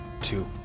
Two